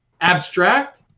abstract